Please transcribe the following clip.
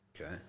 Okay